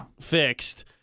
fixed